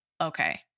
okay